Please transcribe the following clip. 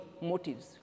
motives